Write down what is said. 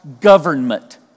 government